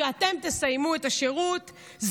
כשאתם תסיימו את השירות,